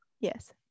Yes